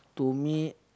to me